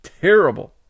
terrible